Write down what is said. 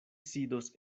sidos